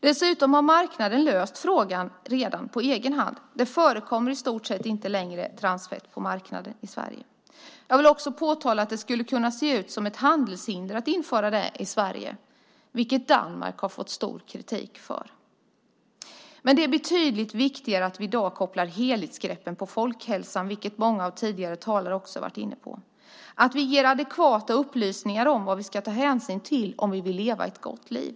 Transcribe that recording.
Dessutom har marknaden löst frågan redan på egen hand. Det förekommer i stort sett inte längre transfett på marknaden i Sverige. Jag vill också påtala att det skulle kunna se ut som ett handelshinder om man införde det i Sverige. Danmark har fått stor kritik för det. Det är betydligt viktigare att vi i dag kopplar ett helhetsgrepp på folkhälsan, vilket många av tidigare talare också har varit inne på, att vi ger adekvata upplysningar om vad vi ska ta hänsyn till om vi vill leva ett gott liv.